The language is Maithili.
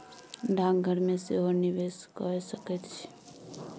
डाकघर मे सेहो निवेश कए सकैत छी